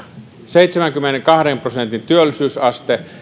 seitsemänkymmenenkahden prosentin työllisyysaste